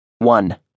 One